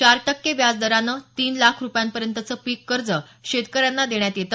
चार टक्के व्याज दरानं तीन लाख रूपयांपर्यंत पीक कर्ज शेतकऱ्यांना देण्यात येत